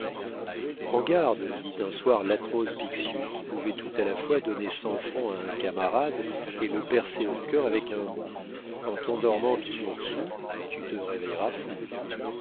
prends garde lui dit un soir l'atroce bixiou qui pouvait tout à la fois donner cent francs à un camarade et le percer au cœur avec un mot en t'endormant toujours soûl tu te réveilleras fou